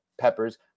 Peppers